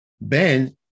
Ben